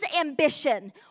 ambition